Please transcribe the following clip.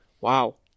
wow